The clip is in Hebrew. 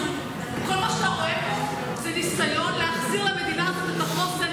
כל מה שאתה רואה פה זה ניסיון להחזיר למדינה את החוסן,